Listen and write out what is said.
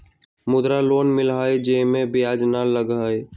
मुद्रा लोन मिलहई जे में ब्याज न लगहई?